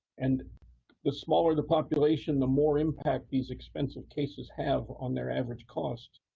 and the smaller the population the more impact these expensive cases have on their average costs.